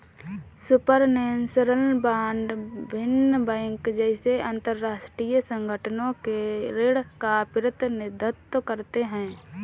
supranational bond विश्व bank जैसे अंतरराष्ट्रीय संगठनों के ऋण का प्रतिनिधित्व करते हैं